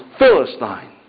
Philistine